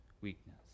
weakness